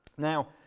Now